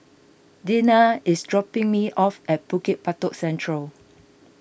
Deana is dropping me off at Bukit Batok Central